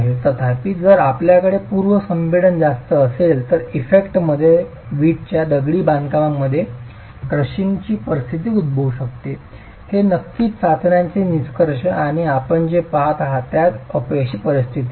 तथापि जर आपल्याकडे पूर्व संपीडन जास्त असेल तर इंटरफेसमध्ये वीटच्या दगडी बांधकामामध्ये क्रशिंगची परिस्थिती उद्भवू शकते हे नक्कीच चाचण्यांचे निष्कर्ष आणि आपण जे पहात आहात त्या अपयशी परिस्थिती आहे